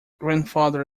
grandfather